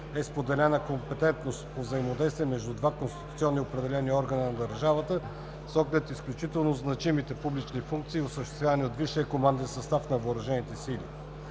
е споделена компетентност по взаимодействие между два конституционно определени органа на държавата с оглед изключително значимите публични функции, осъществявани от висшия команден състав на